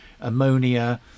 ammonia